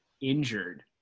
injured